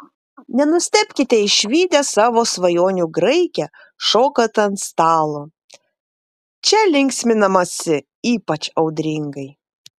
nenustebkite išvydę savo svajonių graikę šokant ant stalo čia linksminamasi ypač audringai